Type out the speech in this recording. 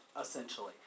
essentially